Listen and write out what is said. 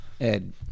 Ed